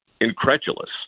incredulous